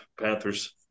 Panthers